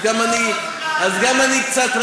אז גם אני קצת,